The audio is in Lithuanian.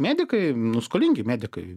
medikai nu skolingi medikai